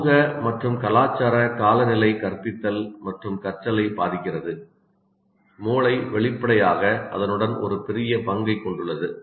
சமூக மற்றும் கலாச்சார காலநிலை கற்பித்தல் மற்றும் கற்றலை பாதிக்கிறது மூளை வெளிப்படையாக அதனுடன் ஒரு பெரிய பங்கைக் கொண்டுள்ளது